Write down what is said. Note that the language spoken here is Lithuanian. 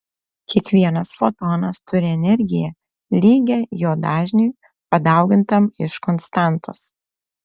kiekvienas fotonas turi energiją lygią jo dažniui padaugintam iš konstantos